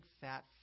fat